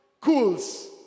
cools